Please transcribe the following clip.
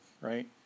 right